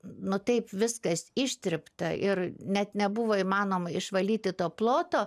nu taip viskas ištrypta ir net nebuvo įmanoma išvalyti to ploto